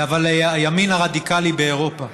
הימין הרדיקלי באירופה,